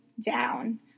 down